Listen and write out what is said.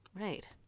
Right